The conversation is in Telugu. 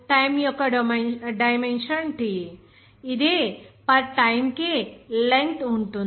కాబట్టి ఇది పర్ టైమ్ కి లెంగ్త్ ఉంటుంది